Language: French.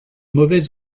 mauvaise